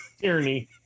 Tyranny